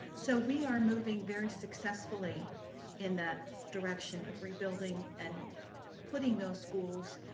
so we are moving very successfully in that direction of rebuilding and putting those schools,